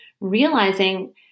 realizing